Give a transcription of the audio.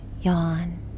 yawn